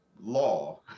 law